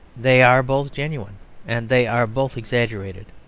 they are both genuine and they are both exaggerated.